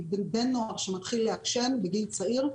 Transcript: כי בן נוער שמתחיל לעשן בגיל צעיר,